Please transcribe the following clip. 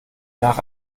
nach